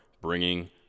bringing